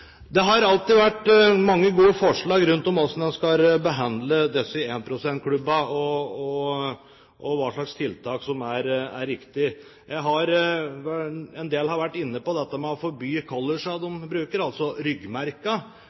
Det har alltid vært mange gode forslag om hvordan en skal behandle disse énprosentklubbene, og hva slags tiltak som er riktige. En del har vært inne på dette med å forby «colors» – altså ryggmerkene de bruker